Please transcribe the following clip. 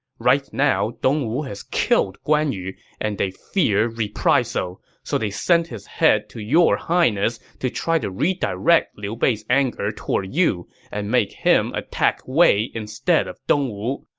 right now, dongwu has killed guan yu and fears reprisal, so they sent his head to your highness to try to redirect liu bei's anger toward you and make him attack wei instead of dongwu,